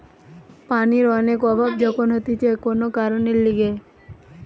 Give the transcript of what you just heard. পানির অনেক অভাব যখন হতিছে কোন কারণের লিগে